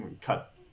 cut